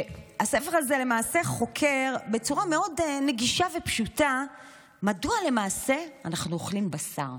הספר הזה למעשה חוקר בצורה מאוד נגישה ופשוטה מדוע אנחנו אוכלים בשר.